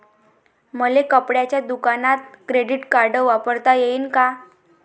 मले कपड्याच्या दुकानात क्रेडिट कार्ड वापरता येईन का?